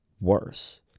worse